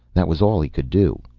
that was all he could do.